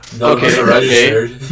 Okay